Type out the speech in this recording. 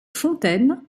fontaine